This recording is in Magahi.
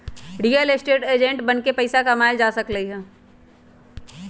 रियल एस्टेट एजेंट बनके पइसा कमाएल जा सकलई ह